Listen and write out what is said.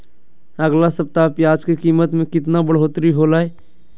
अगला सप्ताह प्याज के कीमत में कितना बढ़ोतरी होलाय?